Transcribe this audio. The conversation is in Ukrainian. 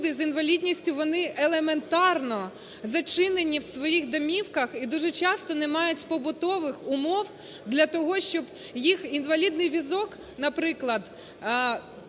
люди з інвалідністю вони елементарно зачинені у своїх домівках і дуже часто не мають побутових умов для того, щоб їх інвалідний візок, наприклад,